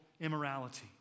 immorality